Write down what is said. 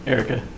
Erica